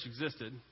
existed